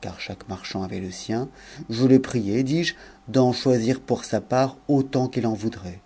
car chaque marchand avait le sien je le priai dis-je d'en choisir pour sa part autant qu'il en voudrait